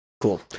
Cool